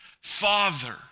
Father